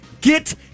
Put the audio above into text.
Get